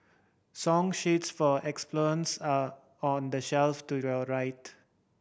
song sheets for xylophones are on the shelf to your right